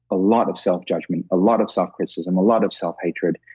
a lot of self-judgment, a lot of self-criticism, a lot of self-hatred,